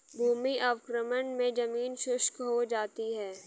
भूमि अवक्रमण मे जमीन शुष्क हो जाती है